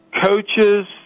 coaches